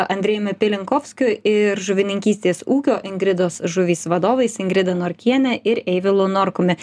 andrejumi pilinkovskiu ir žuvininkystės ūkio ingridos žuvys vadovais ingrida norkiene ir eivilu norkumi